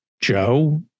Joe